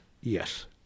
Yes